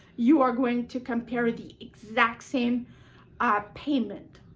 you are going to compare the exact same payment.